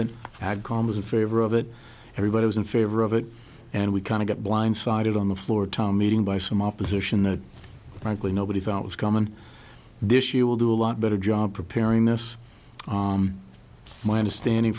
an ad com was in favor of it everybody was in favor of it and we kind of got blindsided on the floor tom meeting by some opposition that frankly nobody thought was common this year will do a lot better job preparing this my understanding